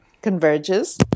converges